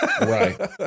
Right